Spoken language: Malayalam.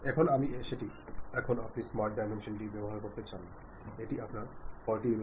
നിങ്ങൾക്കത് പങ്കിടാൻ താൽപ്പര്യമുണ്ട് മാത്രമല്ല ഇത് നിങ്ങളുടെ ചങ്ങാതിമാരിൽ ഒരാളുമായി പങ്കിടാൻ തീരുമാനിക്കുകയും ചെയ്യുന്നു